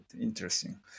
interesting